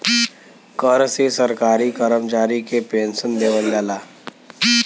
कर से सरकारी करमचारी के पेन्सन देवल जाला